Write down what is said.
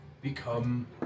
become